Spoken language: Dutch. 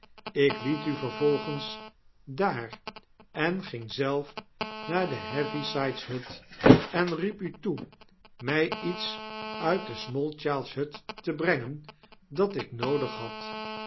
ik liet u vervolgens daar en ging zelf naar de heavysideshut en riep u toe my iets uit de smallchildshut te brengen dat ik noodig had